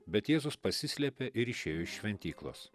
bet jėzus pasislėpė ir išėjo iš šventyklos